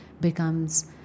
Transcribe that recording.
becomes